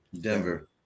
Denver